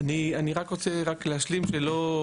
אני רק רוצה רק להשלים שלא,